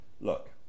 Look